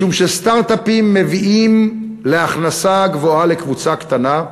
משום שסטרט-אפים מביאים הכנסה גבוהה לקבוצה קטנה,